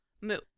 move